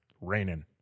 raining